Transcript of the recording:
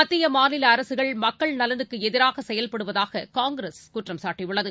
மத்திய மாநிலஅரசுகள் மக்கள் நலனுக்குஎதிராகசெயல்படுவதாககாங்கிரஸ் குற்றம் சாட்டியுள்ளது